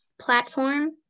platform